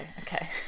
okay